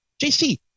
JC